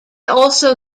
also